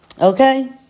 Okay